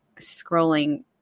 scrolling